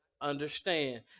Understand